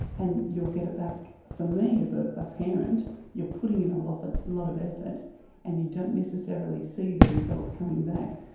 and you'll get it back. for me as ah a parent you're putting in a and lot of effort and you don't necessarily see the results coming back,